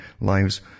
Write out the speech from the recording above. lives